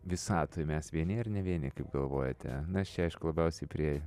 visatoje mes vieni ir ne vieni kaip galvojate na aš čia aišku labiausiai prie